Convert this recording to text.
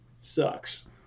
sucks